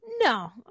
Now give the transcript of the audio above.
No